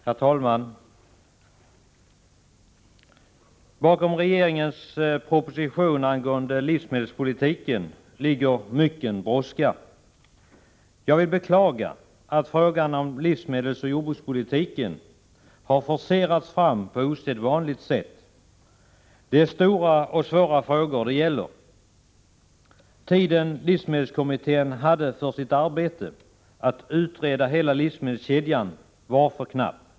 Herr talman! Bakom regeringens proposition angående livsmedelspolitiken ligger mycken brådska. Jag beklagar att frågan om livsmedelsoch jordbrukspolitiken har forcerats på ett osedvanligt sätt. Det är stora och svåra frågor det gäller. Den tid som livsmedelskommittén hade för sitt arbete att utreda hela livsmedelskedjan var för knapp.